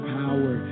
power